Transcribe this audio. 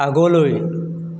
আগলৈ